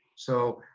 so,